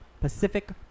Pacific